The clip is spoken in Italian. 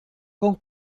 con